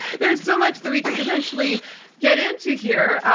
there's so much that we could potentially get into here,